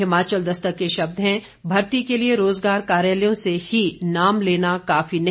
हिमाचल दस्तक के शब्द हैं भर्ती के लिए रोजगार कार्यालयों से ही नाम लेना काफी नहीं